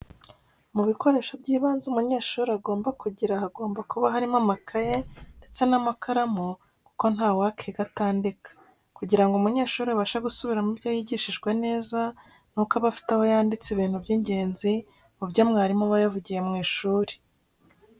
Mu bikoresho by'ibanze umunyeshuri agomba kugira hagomba kuba harimo amakayi ndetse n'amakaramu kuko ntawakiga atandika. Kugira ngo umunyeshuri abashe gusubiramo ibyo yigishijwe neza nuko aba afite aho yanditse ibintu by'igenzi mu byo mwarimu aba yavugiye mu ishuri.